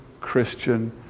Christian